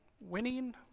winning